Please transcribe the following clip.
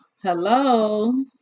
hello